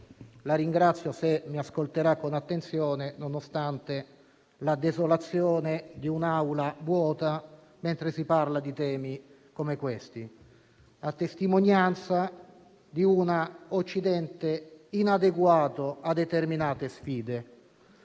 La ringrazio se mi ascolterà con attenzione, nonostante la desolazione di un'Aula vuota, mentre si parla di temi come questi, a testimonianza di un Occidente inadeguato a determinate sfide.